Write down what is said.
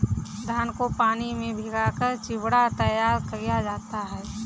धान को पानी में भिगाकर चिवड़ा तैयार किया जाता है